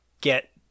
get